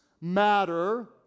matter